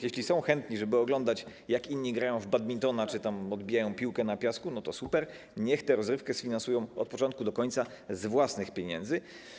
Jeśli są chętni, żeby oglądać, jak inni grają w badmintona czy odbijają piłkę na piasku, to super, niech tę rozrywkę sfinansują od początku do końca z własnych pieniędzy.